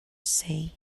say